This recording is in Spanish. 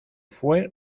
fue